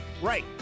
Right